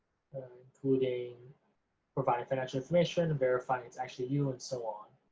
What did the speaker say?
who they provide financial information and verify it's actually you, and so on.